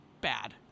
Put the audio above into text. bad